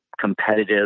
competitive